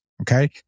okay